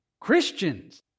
Christians